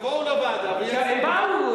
שיבואו לוועדה, באו.